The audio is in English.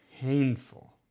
painful